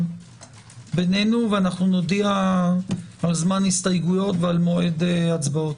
בינינו ונודיע על זמן הסתייגויות ועל מועד הצבעות.